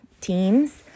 teams